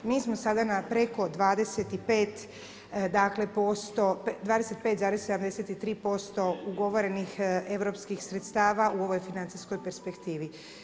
Mi smo sada na preko 25,73% ugovorenih europskih sredstava u ovoj financijskoj perspektivi.